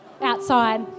outside